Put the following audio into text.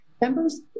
members